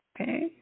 Okay